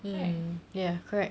right